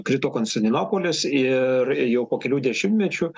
krito konstantinopolis ir jau po kelių dešimtmečių